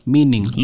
Meaning